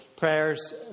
prayers